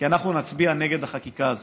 כי אנחנו נצביע נגד החקיקה הזאת.